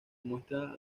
muestra